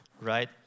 right